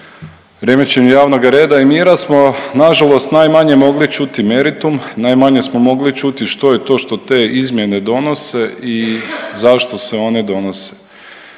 remećenju javnoga reda i mira smo nažalost najmanje mogli čuti meritum, najmanje smo mogli čuti što je to što te izmjene donose i zašto se one donose.